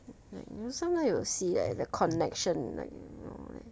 like sometimes you will see like the connections like you know